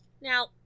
Now